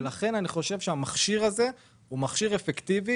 אני חושב שהמכשיר הזה הוא מכשיר אפקטיבי